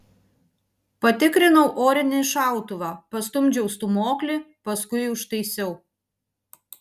patikrinau orinį šautuvą pastumdžiau stūmoklį paskui užtaisiau